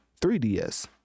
3DS